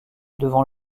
devant